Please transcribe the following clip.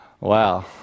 Wow